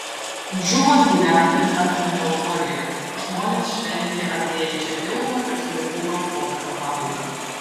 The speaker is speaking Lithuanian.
džubos gyventojus apėmė euforija žmonės šventė artėjančią ilgo ir sudėtingo laikotarpio pabaigą